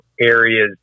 areas